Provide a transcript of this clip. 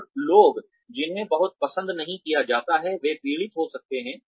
और लोग जिन्हें बहुत पसंद नहीं किया जाता है वे पीड़ित हो सकते हैं